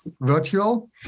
virtual